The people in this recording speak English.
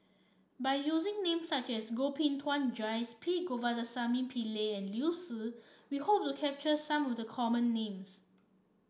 by using names such as Koh Bee Tuan Joyce P Govindasamy Pillai and Liu Si we hope to capture some of the common names